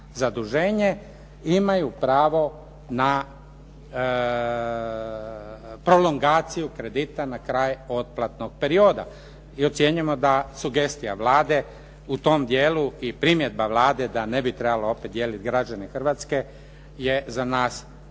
zaduženje, imaju pravo na prolongaciju kredita na kraj otplatnog perioda. I ocjenjujemo da sugestija Vlade u tom dijelu i primjedba Vlade da ne bi trebalo opet dijeliti građane Hrvatske je za nas dobro